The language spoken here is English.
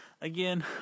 again